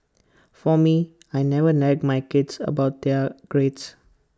for me I never nag my kids about their grades